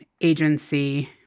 agency